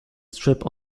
strip